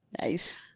Nice